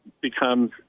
becomes